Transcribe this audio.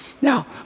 Now